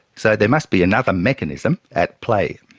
so there must be another mechanism at play.